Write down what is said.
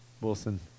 Wilson